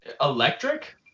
Electric